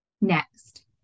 Next